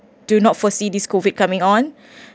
do not foresee this COVID coming on